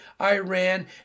Iran